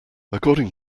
according